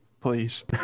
please